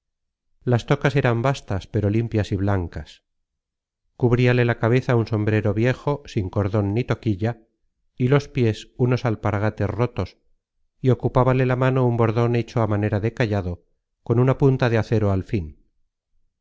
las tocas eran bastas pero limpias y blancas cubríale la cabeza un sombrero viejo sin cordon ni toquilla y los piés unos alpargates rotos y ocupábale la mano un bordon hecho a manera de cayado con una punta de acero al fin